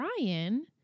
ryan